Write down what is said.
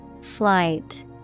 Flight